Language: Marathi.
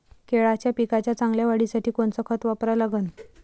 केळाच्या पिकाच्या चांगल्या वाढीसाठी कोनचं खत वापरा लागन?